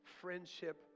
friendship